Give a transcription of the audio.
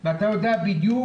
או אחרת.